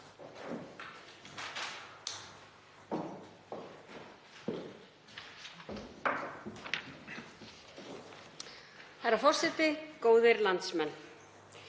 Herra forseti. Góðir landsmenn